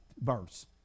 verse